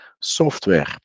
software